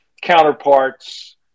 counterparts